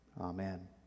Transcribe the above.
Amen